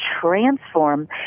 transform